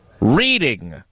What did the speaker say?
reading